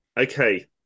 Okay